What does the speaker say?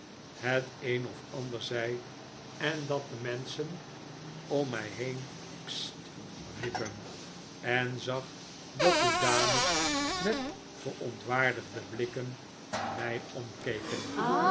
het een of ander zei en dat de menschen om mij heen sst riepen en zag dat de dames met verontwaardigde blikken naar mij omdavid